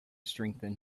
strengthen